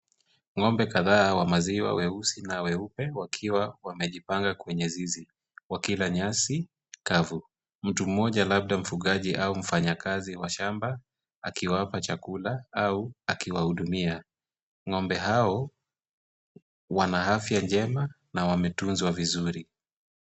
Ng'ombe kadhaa wa maziwa, weusi na weupe wakiwa wamejipanga kwenye zizi wakila nyasi. Mtu mmoja labda mfugaji au mfanyakazi wa shamba akiwapa chakula au akiwahudumia. Ng'ombe hao wana afya njema na wametunzwa vizuri.